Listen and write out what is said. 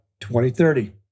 2030